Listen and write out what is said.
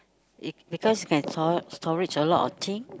it because you can stor~ storage a lot of thing